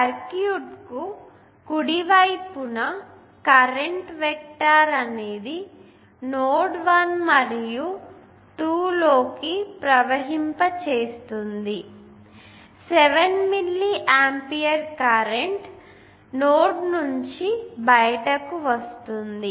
circuit కు కుడి వైపున కరెంట్ వెక్టర్ అనేది నోడ్స్ 1 మరియు 2 లోకి ప్రవహింపచేస్తుంది 7 మిల్లీ ఆంపియర్ కరెంట్ ఆ నోడ్ నుంచి బయటకు వస్తుంది